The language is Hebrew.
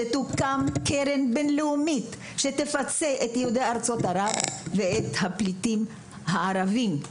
שתוקם קרן בין-לאומית שתפצה את יהודי ארצות ערב ואת הפליטים הערבים,